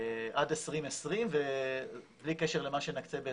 עד 2020 בלי קשר למה שנקצה ב-2021.